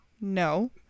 no